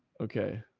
okay.